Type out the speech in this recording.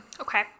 Okay